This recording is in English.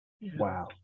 Wow